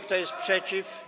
Kto jest przeciw?